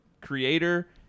creator